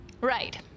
right